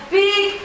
big